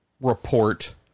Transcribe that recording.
report